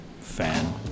fan